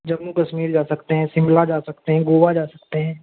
जम्मू कश्मीर जा सकते हैं शिमला जा सकते हैं गोवा जा सकते हैं